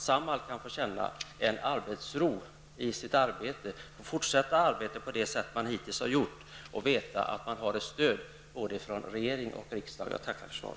Samhall kan få känna arbetsro och fortsätta arbetet som hittills med vetskap om riksdagens och regeringens stöd.